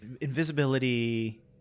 invisibility